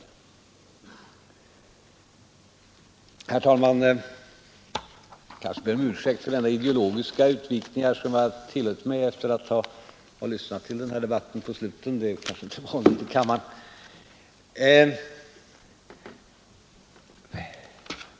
Herr talman! Jag kanske bör be om ursäkt för den ideologiska utvikning som jag här tillåtit mig göra i slutet av debatten. Det är kanske inte så vanligt att man gör så här i kammaren.